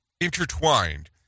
intertwined